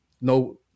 no